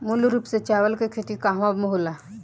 मूल रूप से चावल के खेती कहवा कहा होला?